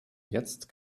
jetzt